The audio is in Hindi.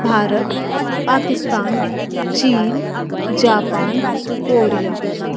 भारत पाकिस्तान चीन जापान कोरिया